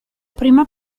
prima